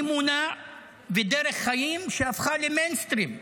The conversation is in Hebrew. אמונה ודרך חיים שהפכו למיינסטרים.